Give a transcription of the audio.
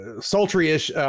sultry-ish